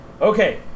Okay